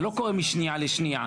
זה לא קורה משניה לשניה.